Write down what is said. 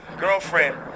girlfriend